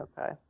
Okay